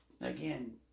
again